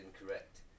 incorrect